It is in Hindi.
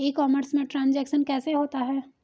ई कॉमर्स में ट्रांजैक्शन कैसे होता है?